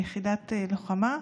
ליחידת לוחמה,